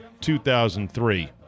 2003